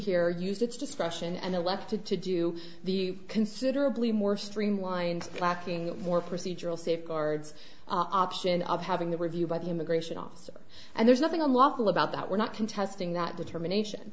here used its discretion and elected to do the considerably more streamlined clacking more procedural safeguards option of having the review by the immigration officer and there's nothing unlawful about that we're not contesting that determination